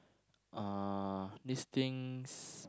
uh these things